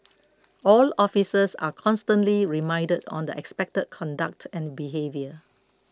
all officers are constantly reminded on the expected conduct and behaviour